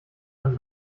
dann